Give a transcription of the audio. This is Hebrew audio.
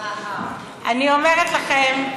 אני אומרת לכם,